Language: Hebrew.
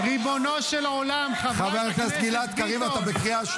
בארונות יחזירו אותם.